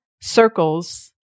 circles